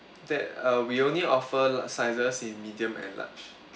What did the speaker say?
that uh we only offer like sizes in medium and large